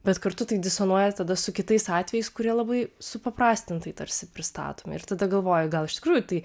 bet kartu tai disonuoja tada su kitais atvejais kurie labai supaprastintai tarsi pristatomi ir tada galvoji gal iš tikrųjų tai